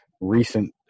recent